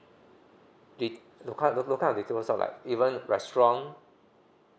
the those kind those kind retailer shop like even restaurant